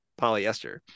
polyester